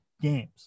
games